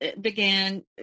began